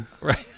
Right